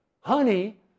honey